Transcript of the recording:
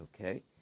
Okay